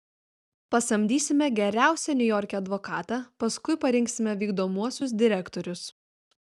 pasamdysime geriausią niujorke advokatą paskui parinksime vykdomuosius direktorius